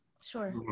Sure